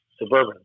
suburban